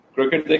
Cricket